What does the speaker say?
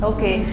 Okay